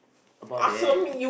about there